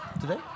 today